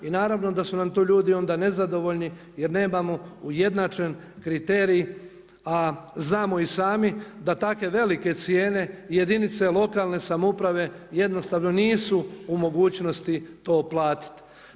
I naravno da su nam tu ljudi onda nezadovoljni jer nemamo ujednačen kriterij, a znamo i sami da takve velike cijene jedinice lokalne samouprave jednostavno nisu u mogućnosti to uplatiti.